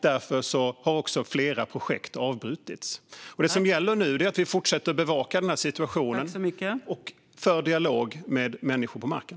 Därför har också flera projekt avbrutits. Det som gäller nu är att vi fortsätter bevaka situationen och föra dialog med människor på marken.